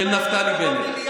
של נפתלי בנט.